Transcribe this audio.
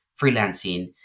freelancing